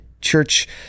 church